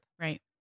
Right